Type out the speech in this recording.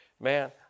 Man